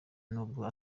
nubwo